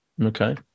Okay